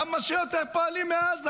כמה שיותר פועלים מעזה,